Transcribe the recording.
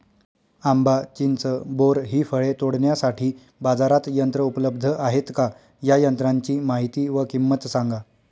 आंबा, चिंच, बोर हि फळे तोडण्यासाठी बाजारात यंत्र उपलब्ध आहेत का? या यंत्रांची माहिती व किंमत सांगा?